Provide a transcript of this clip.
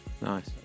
Nice